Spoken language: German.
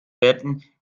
werden